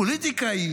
הפוליטיקה היא